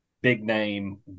big-name